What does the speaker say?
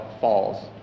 falls